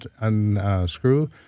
Unscrew